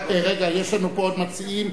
יש לנו עוד מציעים,